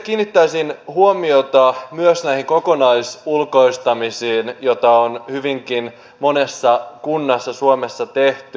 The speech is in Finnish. kiinnittäisin huomiota myös näihin kokonaisulkoistamisiin joita on hyvinkin monessa kunnassa suomessa tehty